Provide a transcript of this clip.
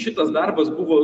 šitas darbas buvo